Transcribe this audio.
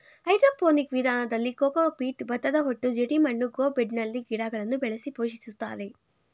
hydroponic ವಿಧಾನದಲ್ಲಿ cocopeat, ಭತ್ತದಹೊಟ್ಟು ಜೆಡಿಮಣ್ಣು ಗ್ರೋ ಬೆಡ್ನಲ್ಲಿ ಗಿಡಗಳನ್ನು ಬೆಳೆಸಿ ಪೋಷಿಸುತ್ತಾರೆ